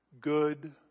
good